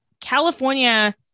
California